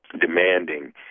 demanding